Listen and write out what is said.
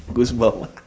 goose bump ah